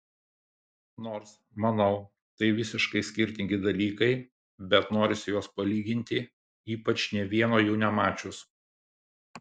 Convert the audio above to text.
nors manau tai visiškai skirtingi dalykai bet norisi juos palyginti ypač nė vieno jų nemačius